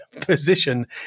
position